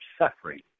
suffering